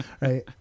right